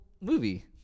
movie